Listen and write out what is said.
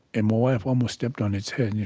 and my wife almost stepped on its head, and yeah